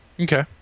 Okay